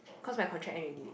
cause my contract end already